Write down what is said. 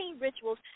rituals